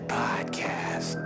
podcast